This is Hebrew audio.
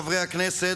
חברי הכנסת,